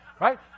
right